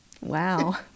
Wow